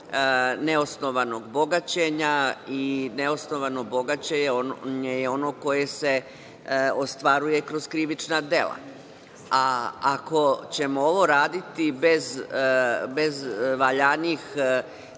neosnovanog bogaćenja. Neosnovano bogaćenje je ono koje se ostvaruje kroz krivična dela. Ako ćemo ovo raditi bez valjanih